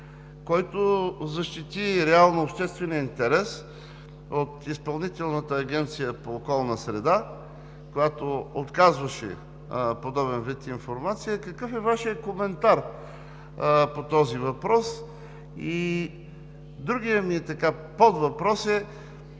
който защити реално обществения интерес от Изпълнителната агенция по околна среда, когато отказваше подобен вид информация? Какъв е Вашият коментар по този въпрос? И другият ми подвъпрос е